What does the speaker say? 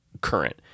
current